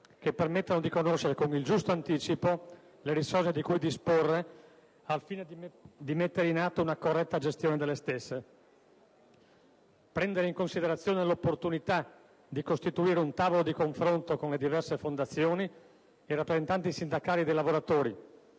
che permettano di conoscere con il giusto anticipo le risorse di cui disporre al fine di mettere in un atto una corretta gestione delle stesse; prendere in considerazione l'opportunità di costituire un tavolo di confronto con le diverse fondazioni ed i rappresentanti sindacali dei lavoratori,